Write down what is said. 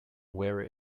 wear